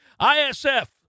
ISF